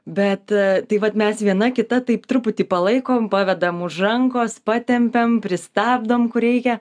bet tai vat mes viena kita taip truputį palaikom pavedam už rankos patempiam pristabdom kur reikia